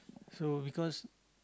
so because